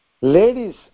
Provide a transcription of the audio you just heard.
Ladies